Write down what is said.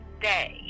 day